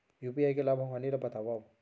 UPI के लाभ अऊ हानि ला बतावव